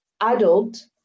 adult